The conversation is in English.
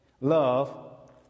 love